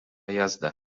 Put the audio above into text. jazda